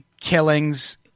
killings